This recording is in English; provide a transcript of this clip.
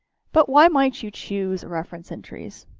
but why might you choose reference entries?